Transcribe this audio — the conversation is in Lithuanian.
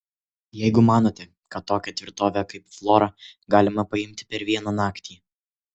jeigu manote kad tokią tvirtovę kaip flora galima paimti per vieną naktį